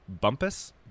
Bumpus